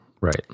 Right